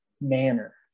manner